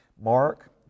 Mark